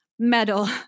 medal